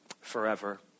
forever